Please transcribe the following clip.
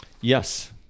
Yes